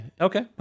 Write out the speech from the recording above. Okay